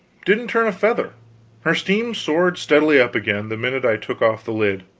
didn't turn a feather her steam soared steadily up again, the minute i took off the lid